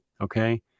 okay